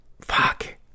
fuck